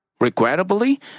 Regrettably